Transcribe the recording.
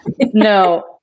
No